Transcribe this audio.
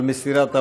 על מסירת ההודעות.